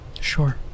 Sure